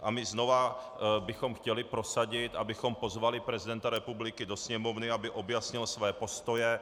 A my bychom znovu chtěli prosadit, abychom pozvali prezidenta republiky do Sněmovny, aby objasnil své postoje.